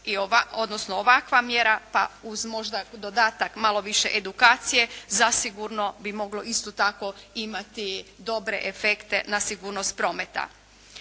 odnosno ovakva mjera pa uz možda dodatak malo više edukacije zasigurno bi moglo isto tako imati dobre efekte na sigurnost prometa.